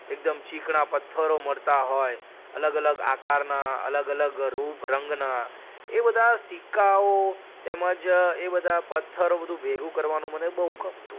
એકદમ ચીકણા પથ્થરો મળતા હોય અલગ અલગ આકારનાં અલગ અલગ રૂપ રંગનાં એ બધા સિક્કાઓ તેમજ એ બધા પથ્થરો બધું ભેગું કરવાનું મને બહું ગમતું